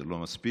זה לא מספיק.